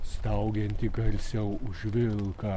staugiantį garsiau už vilką